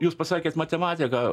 jūs pasakėt matematika